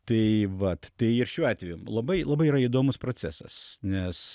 tai vat tai ir šiuo atveju labai labai yra įdomus procesas nes